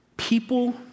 people